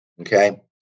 okay